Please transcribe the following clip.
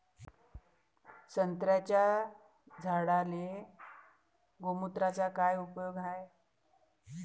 संत्र्याच्या झाडांले गोमूत्राचा काय उपयोग हाये?